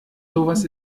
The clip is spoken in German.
sowas